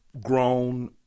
grown